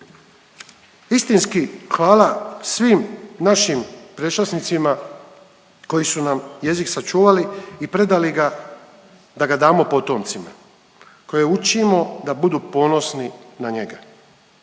Istinski hvala svim našim …/Govornik se ne razumije./… koji su nam jezik sačuvali i predali ga da ga damo potomcima koje učimo budu ponosni na njega.